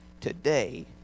Today